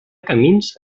camins